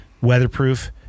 weatherproof